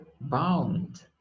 bound